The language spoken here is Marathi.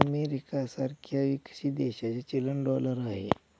अमेरिका सारख्या विकसित देशाचे चलन डॉलर आहे